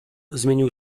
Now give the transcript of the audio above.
zmienił